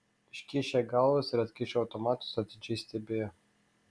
iškišę galvas ir atkišę automatus atidžiai stebėjo